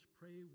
pray